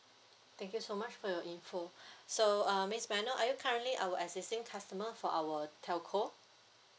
thank you so much for your info so uh miss may I know are you currently our existing customer for our telco